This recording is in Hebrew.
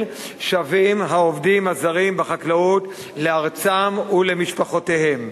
שבים העובדים הזרים בחקלאות לארצם ולמשפחותיהם.